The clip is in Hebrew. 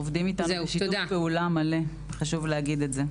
עובדים איתנו בשיתוף פעולה מלא, חשוב להגיד את זה.